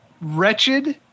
wretched